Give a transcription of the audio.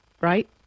right